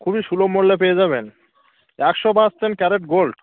খুবই সুলভ মূল্যে পেয়ে যাবেন একশো পারসেন্ট ক্যারেট গোল্ড